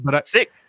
Sick